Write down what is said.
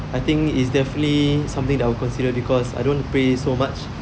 I think it's definitely something that I will consider because I don't pay so much